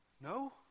No